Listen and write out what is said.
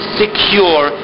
secure